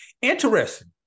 Interesting